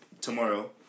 tomorrow